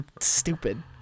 stupid